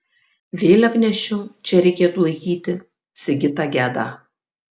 vėliavnešiu čia reikėtų laikyti sigitą gedą